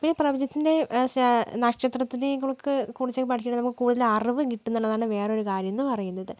പിന്നെ പ്രപഞ്ചത്തിൻ്റെ ശാ നക്ഷത്രത്തിനെ കുള്ക്ക് കുറിച്ചൊക്കെ പഠിക്കുവാണെങ്കിൽ നമുക്ക് കൂടുതലും അറിവും കിട്ടുമെന്നുള്ളതാണ് വേറൊരു കാര്യം എന്ന് പറയുന്നത്